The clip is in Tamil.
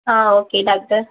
ah okay doctor